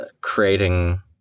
creating